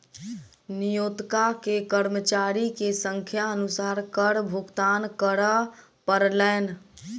नियोक्ता के कर्मचारी के संख्या अनुसार कर भुगतान करअ पड़लैन